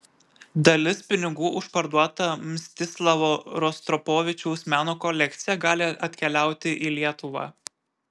dalis pinigų už parduotą mstislavo rostropovičiaus meno kolekciją gali atkeliauti į lietuvą